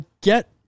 get